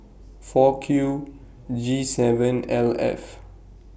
four Q G seven L F